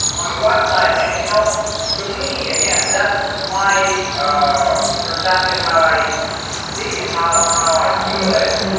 on your website and you know to me again that's my perspective how i see it, how how i feel it.